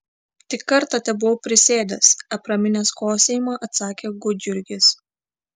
tik kartą tebuvau prisėdęs apraminęs kosėjimą atsakė gudjurgis